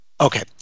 Okay